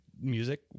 music